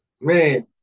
man